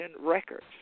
records